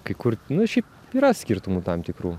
kai kur nu šiaip yra skirtumų tam tikrų